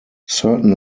certain